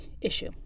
issue